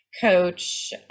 coach